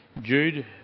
Jude